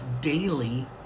daily